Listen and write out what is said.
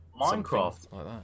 minecraft